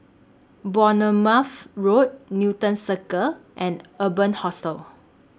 Bournemouth Road Newton Circus and Urban Hostel